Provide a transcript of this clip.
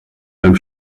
beim